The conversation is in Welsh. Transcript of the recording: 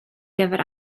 gyfer